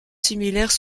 similaires